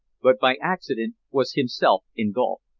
but by accident was himself engulfed.